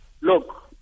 Look